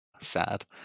Sad